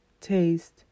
taste